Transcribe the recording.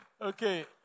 Okay